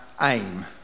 aim